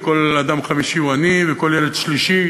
וכל אדם חמישי הוא עני וכל ילד שלישי